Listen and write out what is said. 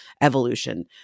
evolution